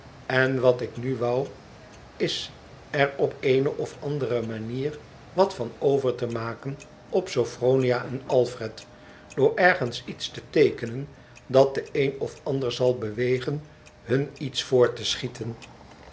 en wat ik nu wou is er op eene of andere manier wat van over te maken op sophronia en alfred door ergens iets te teekenen dat den een of ander zal bewegen hun iets voor te schieten